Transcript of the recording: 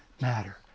matter